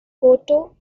koto